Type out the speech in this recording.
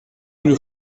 rue